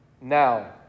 now